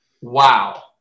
Wow